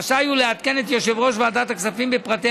רשאי הוא לעדכן את יושב-ראש ועדת הכספים בפרטי